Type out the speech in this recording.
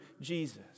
Jesus